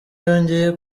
yongeye